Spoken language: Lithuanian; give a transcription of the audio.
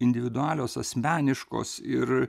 individuoalios asmeniškos ir